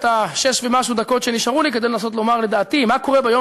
את השש ומשהו דקות שנשארו לי כדי לנסות לומר מה לדעתי קורה ביום